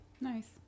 Nice